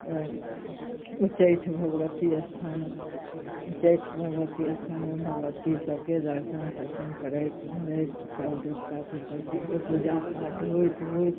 उचैठ भगवती अस्थान उचैठ भगवती अस्थानमे भगवतीसबके दर्शन तर्शन करैत धरैत सब देवता पितर सबके पूजा पाठ होइत होइत